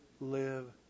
Live